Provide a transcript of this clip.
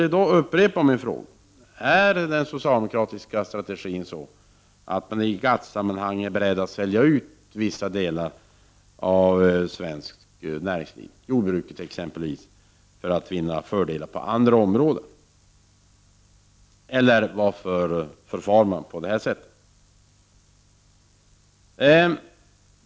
Låt mig upprepa min fråga: Är den socialdemokratiska strategin sådan att man i GATT-sammanhang är beredd att sälja ut vissa delar av svenskt näringsliv, exempelvis jordbruket, för att vinna fördelar på andra områden? Eller varför förfar man annars på det sätt som man gör?